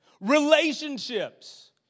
Relationships